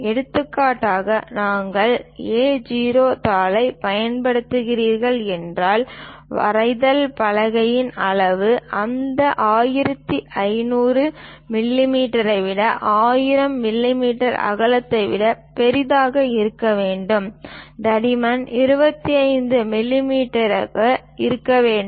எடுத்துக்காட்டாக நாங்கள் A0 தாளைப் பயன்படுத்துகிறீர்கள் என்றால் வரைதல் பலகையின் அளவு அந்த 1500 மிமீ விட 1000 மிமீ அகலத்தை விட பெரியதாக இருக்க வேண்டும் தடிமன் 25 மில்லிமீட்டராக இருக்க வேண்டும்